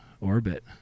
orbit